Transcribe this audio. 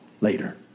later